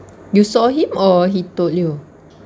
you saw him or he told you are